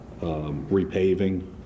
repaving